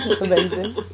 Amazing